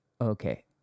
Okay